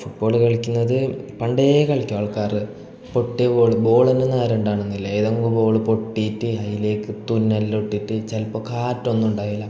football കളിക്കുന്നതു പണ്ടേ കളിക്കും ആൾക്കാർ പൊട്ടിയ ബോൾ ബോളൊന്നും നേരെ ഉണ്ടാകണമെന്നില്ല ഏതെങ്കും ബോൾ പൊട്ടിയിട്ട് അതിലേക്കു തുന്നൽ ഇട്ടിട്ട് ചിലപ്പോൾ കാറ്റൊന്നും ഉണ്ടാകില്ല